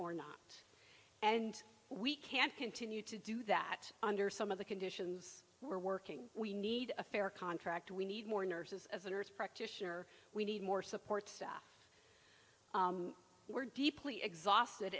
or not and we can't continue to do that under some of the conditions we're working we need a fair contract we need more nurses as a nurse practitioner we need more support staff were deeply exhausted